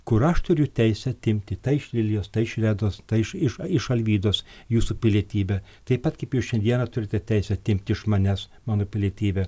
kur aš turiu teisę atimti tai iš lilijos tai iš redos tai iš iš iš alvydos jūsų pilietybę taip pat kaip jūs šiandieną turite teisę atimti iš manęs mano pilietybę